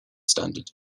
standard